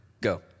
go